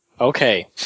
Okay